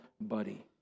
buddy